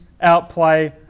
outplay